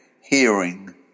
hearing